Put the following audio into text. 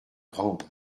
grande